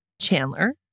Chandler